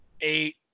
eight